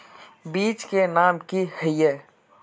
बीज के नाम की हिये?